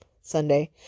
Sunday